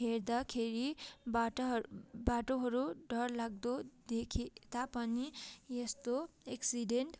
हेर्दाखेरि बाटाहरू बाटोहरू डरलाग्दो देखिए तापनि यस्तो एक्सिडेन्ट